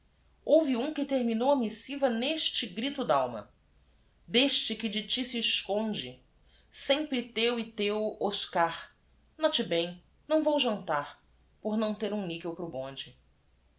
ve um que terminou a missiva neste g r i t o d alma este qu de ti se esconde fi empre teu e teu sear ote em não vou jantar or não ter n m niclccl p ro bonde